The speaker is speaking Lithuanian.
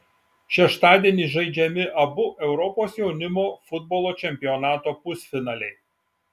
šeštadienį žaidžiami abu europos jaunimo futbolo čempionato pusfinaliai